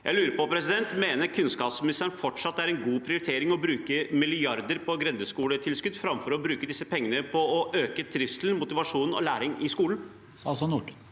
Jeg lurer på: Mener kunnskapsministeren fortsatt at det er en god prioritering å bruke milliarder på grendeskoletilskudd framfor å bruke disse pengene på å øke trivselen, motivasjonen og læring i skolen? Statsråd